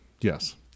Yes